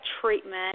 treatment